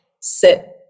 sit